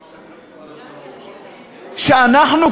שאנחנו,